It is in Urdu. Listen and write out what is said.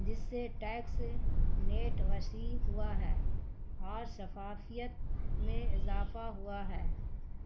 جس سے ٹیکس نیٹ وسیع ہوا ہے اور شفافیت میں اضافہ ہوا ہے